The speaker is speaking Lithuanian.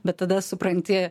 bet tada supranti